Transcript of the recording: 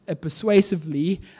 persuasively